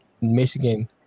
Michigan